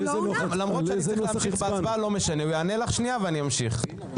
הוא יענה לך ואני אמשיך.